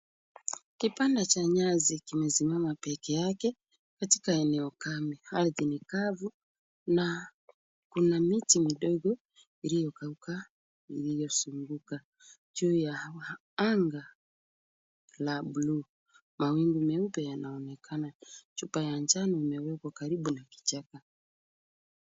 Kibanda cha nyasi kimesimama pekee yake katika eneo kame, ardhi ni kavu na kuna miti midogo iliyokauka iliyozunguka, juu ya anga la buluu mawingu meupe yanaonekana, chupa ya njano umewekwa karibu na kichaka.